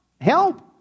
help